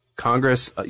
Congress